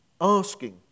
asking